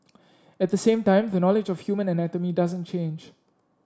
at the same time the knowledge of human anatomy doesn't change